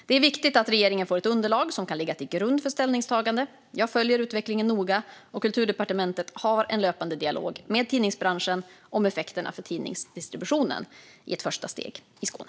Det är viktigt att regeringen får ett underlag som kan ligga till grund för ställningstagande. Jag följer utvecklingen noga, och Kulturdepartementet har en löpande dialog med tidningsbranschen om effekterna för tidningsdistributionen, i ett första steg i Skåne.